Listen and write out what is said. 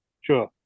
Sure